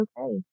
okay